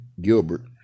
Gilbert